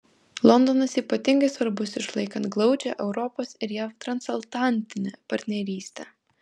londonas ypatingai svarbus išlaikant glaudžią europos ir jav transatlantinę partnerystę